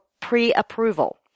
pre-approval